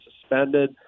suspended